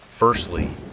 Firstly